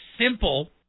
simple